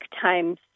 times